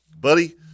Buddy